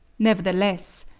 nevertheless,